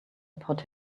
put